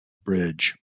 bridge